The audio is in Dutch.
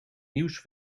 nieuws